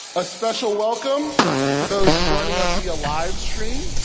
a special welcome to those joining us via live stream,